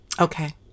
Okay